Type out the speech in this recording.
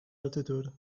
altitude